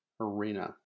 arena